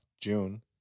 June